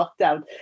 lockdown